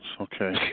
okay